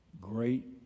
Great